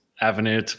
avenue